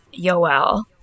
Yoel